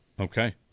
Okay